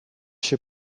się